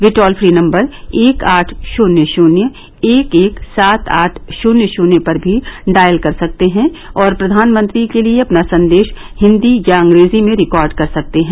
वे toll free number एक आठ शून्य शून्य एक एक सात आठ शून्य शून्य पर भी डायल कर सकते हैं और प्रधानमंत्री के लिए अपना संदेश हिन्दी या अंग्रेजी में रिकॉर्ड कर सकते हैं